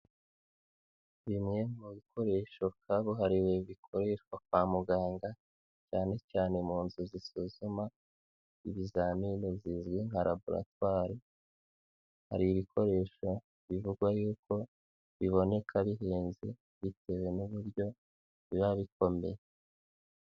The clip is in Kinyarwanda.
Bimwe mu bikoresho kabuhariwe bikoreshwa kwa muganga cyane cyane mu nzu zisuzuma ibizamini zizwi nka laboratware, hari ibikoresho bivugwa yuko biboneka bihenze bitewe n'uburyo biba bikomeye.